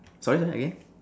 sorry again